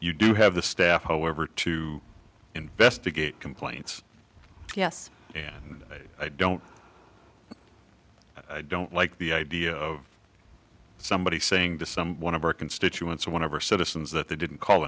you do have the staff however to investigate complaints yes and i don't i don't like the idea of somebody saying to some one of our constituents or whenever citizens that they didn't call